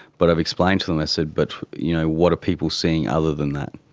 but i've explained to them, i said, but you know what people seeing other than that?